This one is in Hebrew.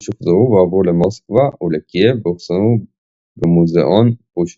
שוחזרו והועברו למוסקבה ולקייב ואוכסנו במוזיאון פושקין.